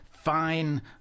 Fine